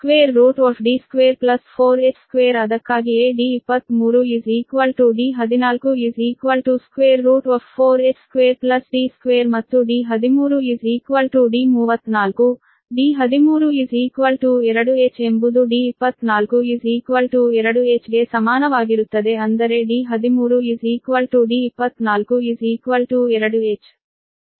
ಆದ್ದರಿಂದ ರೂಟ್ ಅಡಿಯಲ್ಲಿ D square ಜೊತೆಗೆ 2 ಗಂ ಸಂಪೂರ್ಣ ಚೌಕ ಅಂದರೆ d24h2 ಅದಕ್ಕಾಗಿಯೇ d23d14 4h2d2 ಮತ್ತು d13 d34 d13 2h ಎಂಬುದು d24 2h ಗೆ ಸಮಾನವಾಗಿರುತ್ತದೆ ಅಂದರೆ d13 d24 2h